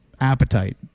appetite